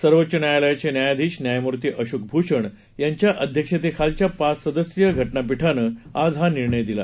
सर्वोच्च न्यायालयाचे न्यायाधीश न्यायमूर्ती अशोक भूषण यांच्या अध्यक्षतेखालच्या पाच सदस्यीय घटनापीठानं आज हा निर्णय़ दिला